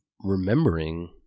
remembering